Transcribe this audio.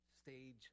Stage